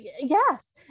yes